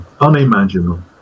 Unimaginable